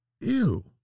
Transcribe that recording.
ew